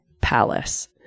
Palace